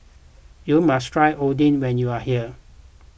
you must try Oden when you are here